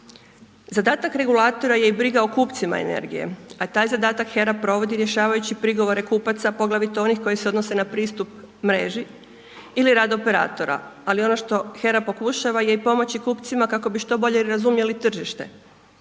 Zadatak regulatora je i briga o kupcima energije, a taj zadatak HERA provodi rješavajući prigovore kupaca, poglavito onih koji se odnose na pristup mreži ili rad operatora. Ali ono što HERA pokušava je i pomoći kupcima kako bi što bolje razumjeli tržite,